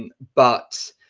and but,